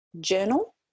journal